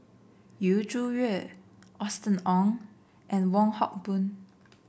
Yu Zhuye Austen Ong and Wong Hock Boon